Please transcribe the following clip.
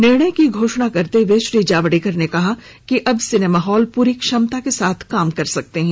निर्णय की घोषणा करते हए श्री जावडेकर ने कहा अब सिनेमा हॉल पूरी क्षमता के साथ काम कर सकते हैं